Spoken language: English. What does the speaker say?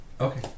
Okay